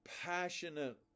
passionate